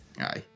Aye